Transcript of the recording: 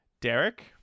Derek